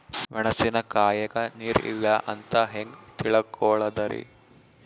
ಮೆಣಸಿನಕಾಯಗ ನೀರ್ ಇಲ್ಲ ಅಂತ ಹೆಂಗ್ ತಿಳಕೋಳದರಿ?